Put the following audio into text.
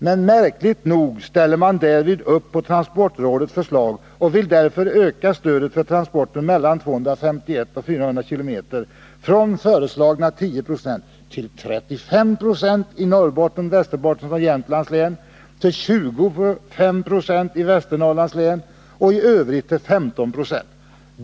Men märkligt nog ställer man därvid upp på transportrådets förslag och vill därför öka stödet för transporter mellan 251 och 400 km från föreslagna 10 96 till 35 20 i Norrbottens, Västerbottens och Jämtlands län, till 25 70 i Västernorrlands län och i övrigt till 15 20.